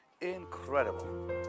incredible